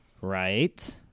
right